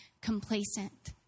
complacent